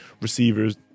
receivers